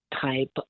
type